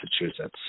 Massachusetts